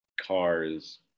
cars